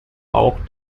auch